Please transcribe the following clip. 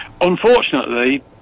Unfortunately